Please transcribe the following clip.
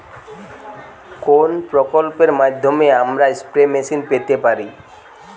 কোন প্রকল্পের মাধ্যমে আমরা স্প্রে মেশিন পেতে পারি?